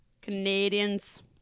Canadians